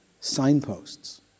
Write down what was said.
signposts